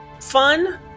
fun